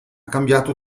cambiato